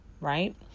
right